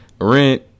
rent